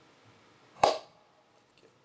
okay